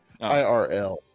IRL